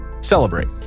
celebrate